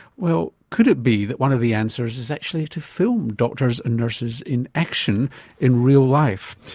well, could it be that one of the answers is actually to film doctors and nurses in action in real life?